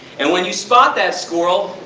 and when you spot that squirrel,